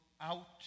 out